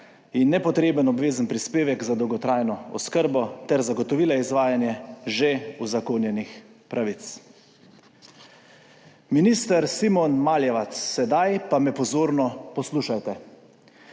In nepotreben obvezen prispevek za dolgotrajno oskrbo ter zagotovile izvajanje že uzakonjenih pravic. Minister Simon Maljevac, sedaj pa me pozorno poslušajte.